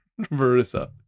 marissa